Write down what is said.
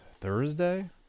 Thursday